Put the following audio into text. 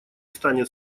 станет